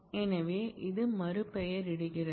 எனவே இது மறுபெயரிடுகிறது